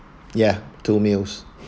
ya two meals